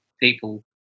People